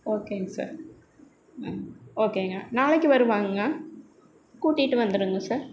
ஓகேங்க சார் ம் ஓகேங்க நாளைக்கு வருவாங்கங்க கூட்டிட்டு வந்துடுங்க சார்